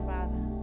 Father